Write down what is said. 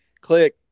Click